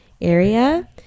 area